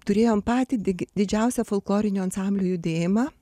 turėjom patį dig didžiausią folklorinių ansamblių judėjimą